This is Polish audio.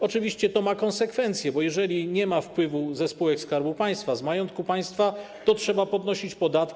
Oczywiście to ma konsekwencje, bo jeżeli nie ma wpływu ze spółek Skarbu Państwa, z majątku państwa, to trzeba podnosić podatki.